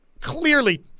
clearly